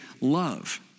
love